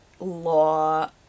law